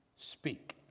speak